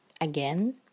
again